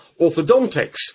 orthodontics